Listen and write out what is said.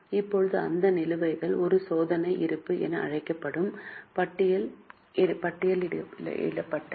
இப்போது அந்த நிலுவைகள் ஒரு சோதனை இருப்பு என அழைக்கப்படும் பட்டியலில் பட்டியலிடப்பட்டுள்ளன